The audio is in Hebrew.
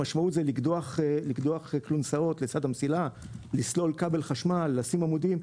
המשמעות היא לקדוח כלונסאות לצד המסילה; לסלול כבל חשמל; לשים עמודים.